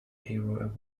hero